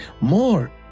more